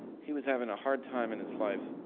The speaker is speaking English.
he was having a hard time in his life.